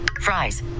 fries